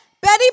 Betty